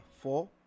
four